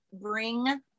Bring